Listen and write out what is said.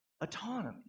autonomy